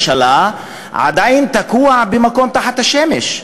ואני פה רואה שכבוד ראש הממשלה עדיין תקוע ב"מקום תחת השמש".